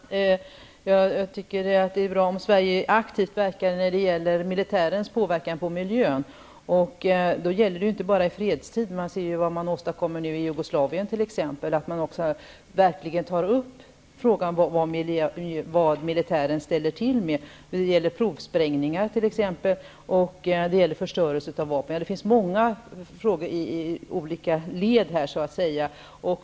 Fru talman! Jag tycker det är bra om Sverige arbetar aktivt när det gäller militärens påverkan på miljön. Det gäller inte bara i fredstid. Vi kan se t.ex. vad man nu åstadkommer i Jugoslavien. Man måste verkligen ta upp frågan om vad militären ställer till med även när det gäller provsprängningar och förstörelse av vapen. Det finns många frågor i många led.